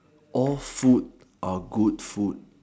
all food are good food